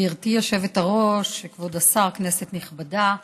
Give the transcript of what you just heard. גברתי היושבת-ראש, כבוד השר, כנסת נכבדה,